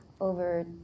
over